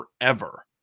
forever